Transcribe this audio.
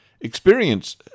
Experience